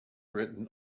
written